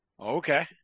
Okay